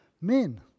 Men